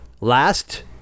last